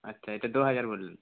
আচ্ছা এটা দুহাজার বললেন